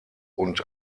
und